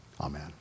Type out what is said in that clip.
Amen